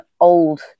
old